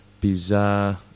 bizarre